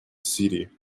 city